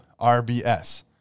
RBS